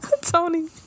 Tony